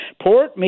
port